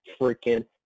freaking